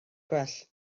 gwell